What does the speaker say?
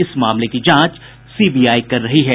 इस मामले की जांच सीबीआई कर रही है